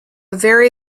very